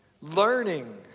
learning